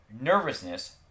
nervousness